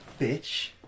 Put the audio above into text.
bitch